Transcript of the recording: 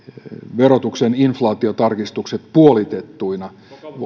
verotuksen inflaatiotarkistukset puolitettuina